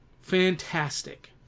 Fantastic